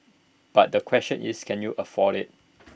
but the question is can you afford IT